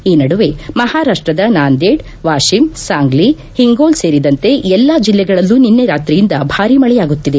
ಈ ನಡುವೆ ಮಹಾರಾಷ್ಟದ ನಾಂದೇಡ್ ವಾತಿಮ್ ಸಾಂಗ್ಲಿ ಹಿಂಗೋಲ್ ಸೇರಿದಂತೆ ಎಲ್ಲಾ ಜಿಲ್ಲೆಗಳಲ್ಲೂ ನನ್ನೆ ರಾತ್ರಿಯಿಂದ ಭಾರೀ ಮಳೆಯಾಗುತ್ತಿದೆ